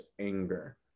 anger